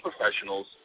professionals